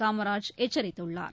காமராஜ் எச்சரித்துள்ளார்